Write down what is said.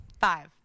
Five